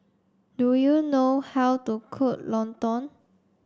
do you know how to cook Lontong